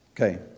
Okay